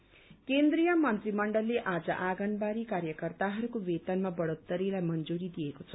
आँगनवाडी केन्द्रीय मन्त्रीमण्डलले आज आँगनवाड़ी कार्यकर्ताहरूको वेतनमा बढ़ोत्तरीलाई मंजूरी दिएको छ